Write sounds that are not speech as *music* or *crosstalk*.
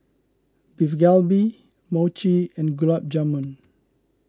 Beef Galbi Mochi and Gulab Jamun *noise*